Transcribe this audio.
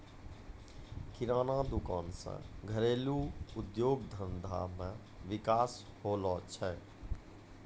किराना दुकान से घरेलू उद्योग धंधा मे विकास होलो छै